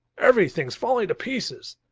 everything's falling to pieces.